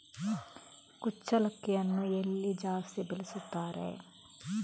ಕುಚ್ಚಲಕ್ಕಿಯನ್ನು ಎಲ್ಲಿ ಜಾಸ್ತಿ ಬೆಳೆಸುತ್ತಾರೆ?